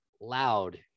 loud